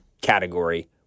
category